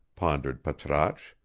pondered patrasche,